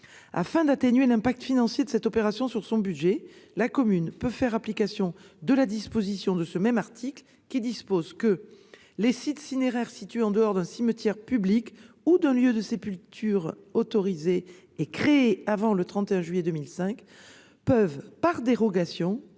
Afin d'atténuer les conséquences financières de cette opération sur son budget, la commune peut faire application de la disposition de ce même article qui dispose que « les sites cinéraires situés en dehors d'un cimetière public ou d'un lieu de sépulture autorisé et créés avant le 31 juillet 2005 peuvent, par dérogation